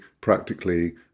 practically